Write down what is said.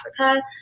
Africa